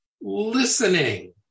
listening